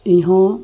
ᱤᱧ ᱦᱚᱸ